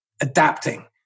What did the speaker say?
adapting